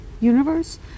universe